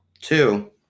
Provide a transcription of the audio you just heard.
Two